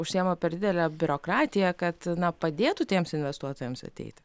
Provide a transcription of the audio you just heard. užsiima per didele biurokratija kad na padėtų tiems investuotojams ateiti